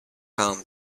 home